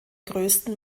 größten